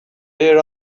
here